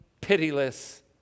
pitiless